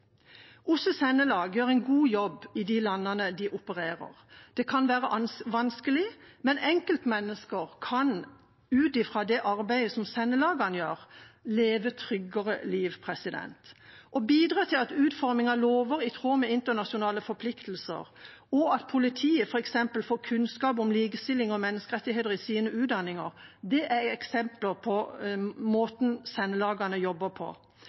gjør en god jobb i de landene de opererer. Det kan være vanskelig, men enkeltmennesker kan ut fra det arbeidet som sendelagene gjør, leve tryggere liv. Å bidra til at utforming av lover er i tråd med internasjonale forpliktelser, og at politiet f.eks. får kunnskap om likestilling og menneskerettigheter i sine utdanninger, er eksempler på måten sendelagene jobber på.